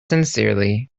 sincerely